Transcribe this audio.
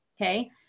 okay